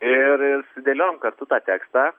ir ir sudėliojom kartu tą tekstą